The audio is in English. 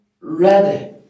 ready